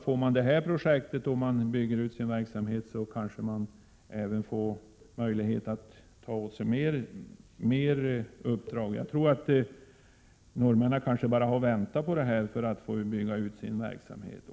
Får man det här projektet och bygger ut sin verksamhet, kanske man får möjlighet att ta åt sig fler uppdrag. Norrmännen kanske bara har väntat på det här för att få bygga ut sin verksamhet.